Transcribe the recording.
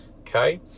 okay